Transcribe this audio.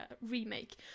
remake